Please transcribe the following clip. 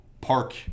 park